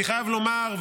אני חייב לומר,